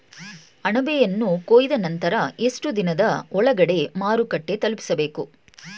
ಅಣಬೆಯನ್ನು ಕೊಯ್ದ ನಂತರ ಎಷ್ಟುದಿನದ ಒಳಗಡೆ ಮಾರುಕಟ್ಟೆ ತಲುಪಿಸಬೇಕು?